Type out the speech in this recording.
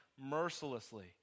mercilessly